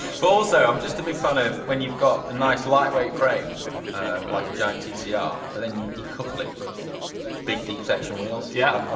but also, i'm just a big fan of when you've got a nice lightweight frame like a giant tcr, but then you couple it with big deflection wheels. yeah i've